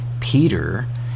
Peter